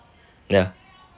ya